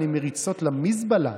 השר שטרן, לדבר קצת,